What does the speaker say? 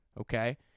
Okay